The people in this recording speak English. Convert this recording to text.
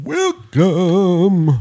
Welcome